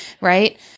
right